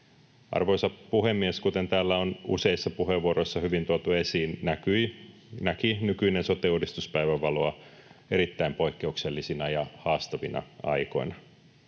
Arvoisa puhemies! Kuten täällä on useissa puheenvuoroissa hyvin tuotu esiin, nykyinen sote-uudistus näki päivänvaloa erittäin poikkeuksellisina ja haastavina aikoina.